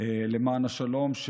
למען השלום,